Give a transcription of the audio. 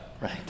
right